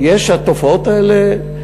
התופעות האלה,